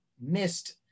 missed